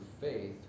faith